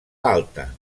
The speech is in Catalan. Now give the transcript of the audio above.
alta